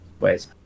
ways